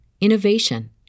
innovation